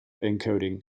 encoding